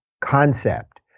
concept